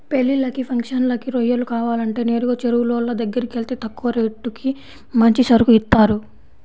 పెళ్ళిళ్ళకి, ఫంక్షన్లకి రొయ్యలు కావాలంటే నేరుగా చెరువులోళ్ళ దగ్గరకెళ్తే తక్కువ రేటుకి మంచి సరుకు ఇత్తారు